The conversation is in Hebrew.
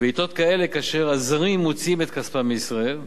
בעתות כאלה, כאשר הזרים מוציאים את כספם מישראל,